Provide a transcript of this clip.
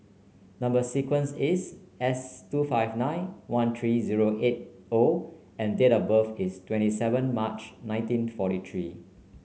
number sequence is S two five nine one three zero eight O and date of birth is twenty seven March nineteen forty three